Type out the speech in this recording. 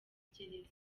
magereza